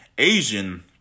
asian